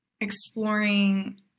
exploring